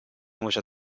mucho